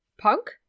punk